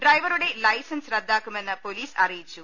ഡ്രൈവറുടെ ലൈസൻസ് റദ്ദാക്കുമെന്ന് പൊലീസ് അറിയിച്ചു